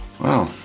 Wow